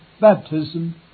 baptism